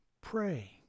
Pray